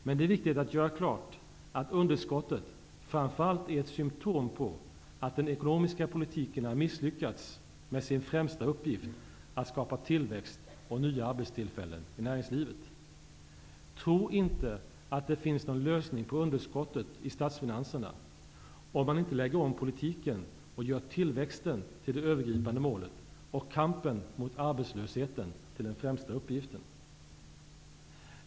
Men det är viktigt att göra klart att underskottet framför allt är ett symtom på att den ekonomiska politiken har misslyckats med sin främsta uppgift, att skapa tillväxt och nya arbetstillfällen i näringslivet. Tro inte att det finns någon lösning på underskottet i statsfinanserna om man inte lägger om politiken och gör tillväxten till det övergripande målet och kampen mot arbetslösheten till den främsta uppgiften.